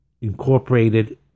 incorporated